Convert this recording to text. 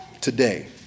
today